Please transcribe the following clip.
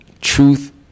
truth